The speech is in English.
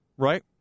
Right